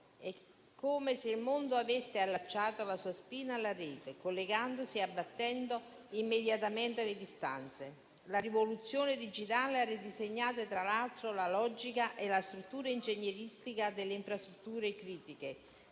È come se il mondo avesse allacciato la sua spina alla Rete, collegandosi e abbattendo immediatamente le distanze. La rivoluzione digitale ha ridisegnato, tra l'altro, la logica e la struttura ingegneristica delle infrastrutture critiche